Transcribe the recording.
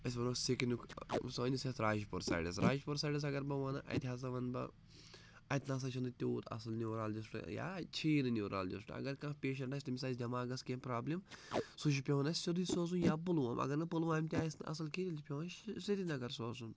أسۍ وَنو سِکنُک سٲنِس یَتھ راجپوٗر سایڈَس راجپوٗر سایڈَس اگر بہٕ وَنہٕ اَتہِ ہَسا وَنہٕ بہٕ اَتہِ نہ سا چھُنہٕ تیوٗت اَصٕل نیوٗرالجِسٹ یا اَتہِ چھی نہٕ نیوٗرالجِسٹ اگر کانٛہہ پیشنٛٹ آسہِ تٔمِس آسہِ دٮ۪ماغس کیٚنٛہہ پرٛابلِم سُہ چھُ پٮ۪وان اَسہِ سیوٚدُے سوزُن یا پُلووم اَگر نہٕ پُلوامہِ تہِ آسہِ نہٕ اَصٕل کِہیٖنۍ تیٚلہِ چھِ پٮ۪وان سرینگر سوزُن